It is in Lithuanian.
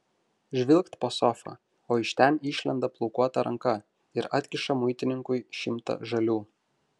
žvilgt po sofa o iš ten išlenda plaukuota ranka ir atkiša muitininkui šimtą žalių